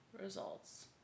results